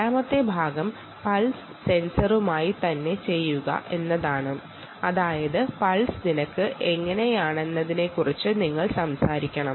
രണ്ടാമതായി ഇത് എങ്ങനെ പൾസ് സെൻസർ വെച്ച് ചെയ്യാം എന്നതാണ് അതായത് പൾസ് നിരക്ക് എങ്ങനെയാണെന്നതിനെക്കുറിച്ച് നമ്മൾ നോക്കണം